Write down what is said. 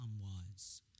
unwise